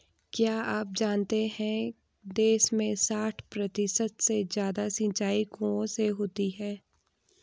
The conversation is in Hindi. क्या आप जानते है देश में साठ प्रतिशत से ज़्यादा सिंचाई कुओं से होती है?